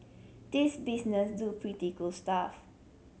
these business do pretty cool stuff